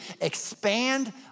expand